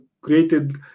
created